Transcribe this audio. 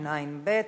התשע"ב 2012,